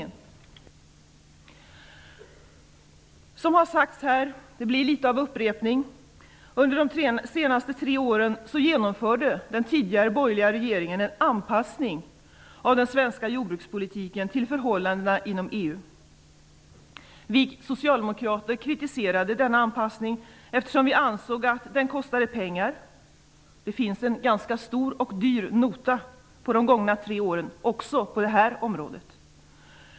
Som redan har sagt - det blir litet av upprepning - genomförde den tidigare borgerliga regeringen under de tre senaste åren en anpassning av den svenska jordbrukspolitiken till förhållandena inom EU. Vi socialdemokrater kritiserade denna anpassning, eftersom vi ansåg att den kostade pengar. Det finns en ganska stor och dyr nota från de gångna tre åren också på det här området.